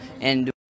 and-